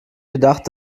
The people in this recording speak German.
gedacht